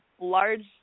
large